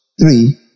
three